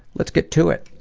let's get to it.